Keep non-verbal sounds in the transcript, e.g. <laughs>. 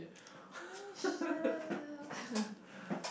<laughs>